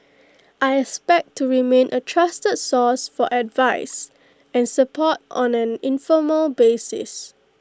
I expect to remain A trusted source for advice and support on an informal basis